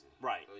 right